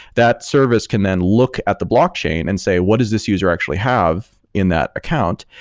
that service can then look at the blockchain and say, what is this user actually have in that account?